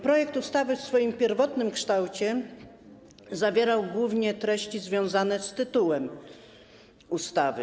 Projekt ustawy w swoim pierwotnym kształcie zawierał głównie treści związane z tytułem ustawy.